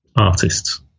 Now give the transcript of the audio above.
artists